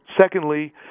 secondly